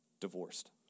divorced